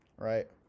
Right